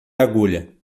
agulha